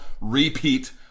repeat